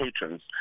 patrons